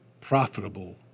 profitable